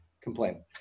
complain